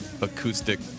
acoustic